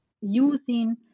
using